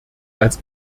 als